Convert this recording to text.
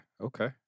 Okay